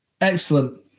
Excellent